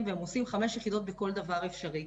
והם עושים 5 יחידות בכל דבר אפשרי,